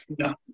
no